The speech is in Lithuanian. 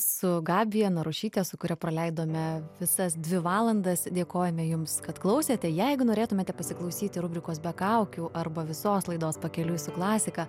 su gabija narušyte su kuria praleidome visas dvi valandas dėkojame jums kad klausėte jeigu norėtumėte pasiklausyti rubrikos be kaukių arba visos laidos pakeliui su klasika